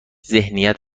ذهنیت